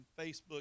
Facebook